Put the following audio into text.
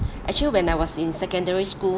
actually when I was in secondary school